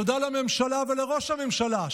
תודה לממשלה ולראש הממשלה,